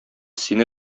сине